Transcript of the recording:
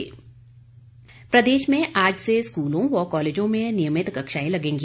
शिक्षण संस्थान प्रदेश में आज से स्कूलों व कॉलेजों में नियमित कक्षाएं लगेंगी